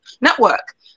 Network